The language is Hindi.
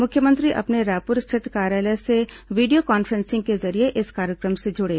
मुख्यमंत्री अपने रायपूर स्थित कार्यालय से वीडियो कॉन्फ्रेसिंग के जरिये इस कार्यक्रम से जुड़े